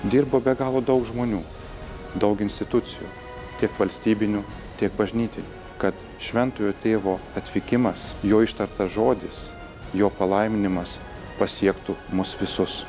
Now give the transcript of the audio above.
dirbo be galo daug žmonių daug institucijų tiek valstybinių tiek bažnytinių kad šventojo tėvo atvykimas jo ištartas žodis jo palaiminimas pasiektų mus visus